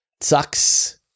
sucks